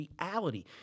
reality